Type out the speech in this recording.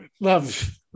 love